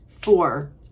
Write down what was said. Four